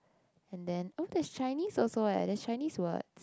and then oh there's Chinese also eh there's Chinese words